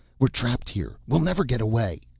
we're trapped here, we'll never get away.